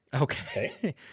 okay